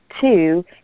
Two